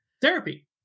therapy